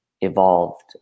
evolved